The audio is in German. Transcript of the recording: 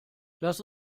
lass